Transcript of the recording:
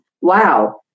Wow